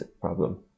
problem